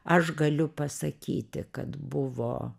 aš galiu pasakyti kad buvo